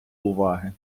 уваги